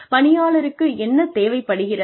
பணியாளருக்கு என்ன தேவைப்படுகிறது